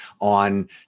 on